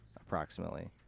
approximately